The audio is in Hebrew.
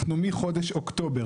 אנחנו מחודש אוקטובר,